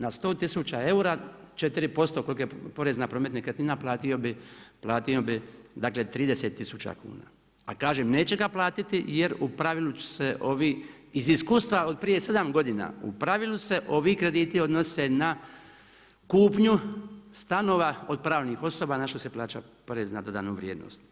Na 100 tisuća eura, 4% kolika je porez na promet nekretnina, platio bi dakle 30 tisuća, a kažem neće ga platiti, jer u pravilu se ovi iz iskustva od prije 7 godina u pravilu se ovi krediti odnose na kupnju stanova od pravnih osoba na što se plaća porez na dodanu vrijednost.